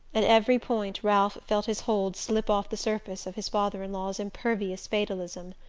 at every point ralph felt his hold slip off the surface of his father-in-law's impervious fatalism.